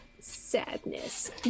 sadness